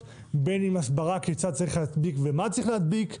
בין אם בתקנות הקסדות ובין אם הסברה כיצד צריך להדביק ומה צריך להדביק,